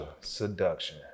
Seduction